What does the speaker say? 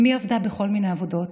אימי עבדה בכל מיני עבודות.